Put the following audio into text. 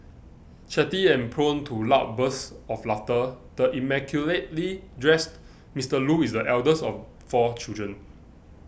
chatty and prone to loud bursts of laughter the immaculately dressed Mister Loo is the eldest of four children